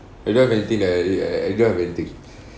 I don't have anything that I I I I don't have anything